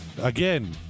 Again